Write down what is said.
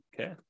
Okay